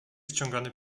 wciągany